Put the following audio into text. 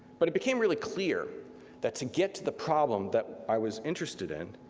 but it became really clear that to get to the problem that i was interested in,